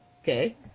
Okay